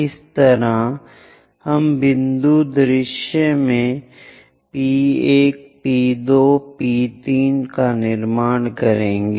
इस तरह हम बिंदु दृश्य में P1 P2 P3 का निर्माण करेंगे